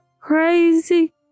Crazy